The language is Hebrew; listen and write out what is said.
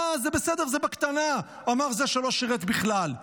אה, זה בסדר, זה בקטנה, אמר זה שלא שירת בכלל.